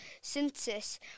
census